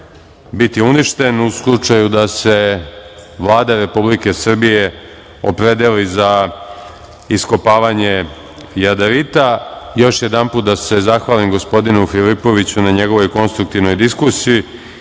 biti uništen u slučaju da se Vlada Republike Srbije opredeli za iskopavanje jadarita. Još jedanput da se zahvalim gospodinu Filipoviću na njegovoj konstruktivnoj diskusiji